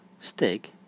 Stig